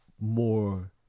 more